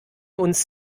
uns